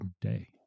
day